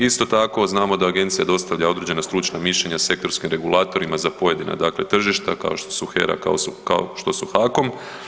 Isto tako znamo da agencija dostavlja određena stručna mišljenja sektorskim regulatorima za pojedina, dakle tržišta, kao što su HERA, kao što su HAKOM.